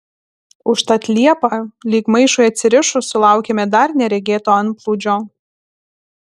užtat liepą lyg maišui atsirišus sulaukėme dar neregėto antplūdžio